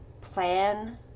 plan